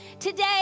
Today